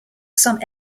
some